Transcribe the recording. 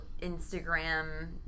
Instagram